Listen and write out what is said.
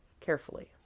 carefully